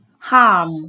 Harm